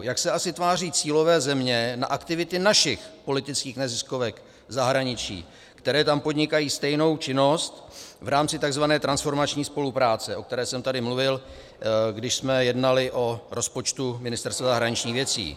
Jak se asi tváří cílové země na aktivity našich politických neziskovek v zahraničí, které tam podnikají stejnou činnost v rámci takzvané transformační spolupráce, o které jsem tady mluvil, když jsme jednali o rozpočtu Ministerstva zahraničních věcí?